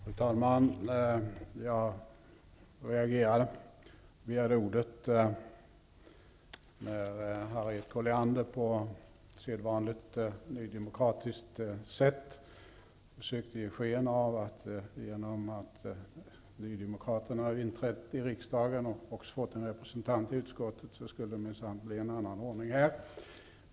Fru talman! Jag begärde ordet eftersom Harriet Colliander på sedvanligt nydemokratiskt sätt försökte ge sken av, att i och med att nydemokraterna inträtt i riksdagen och fått en representant i utskottet, skall det minsann bli en annan ordning.